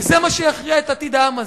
וזה מה שיכריע את עתיד העם הזה.